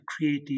creative